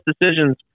decisions